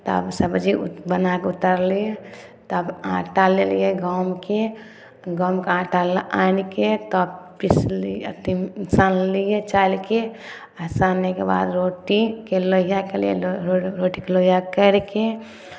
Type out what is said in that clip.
तब सबजी बनाकर उतारलियै तब आँटा लेलियै गहूमके गहूमके आँटा आनि कऽ तब पिसलियै अथि सानलियै चालि कऽ आ सानैके बाद रोटीके लोइयआ केलियै रोटीके लोइआ करि कऽ